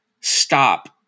stop